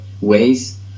ways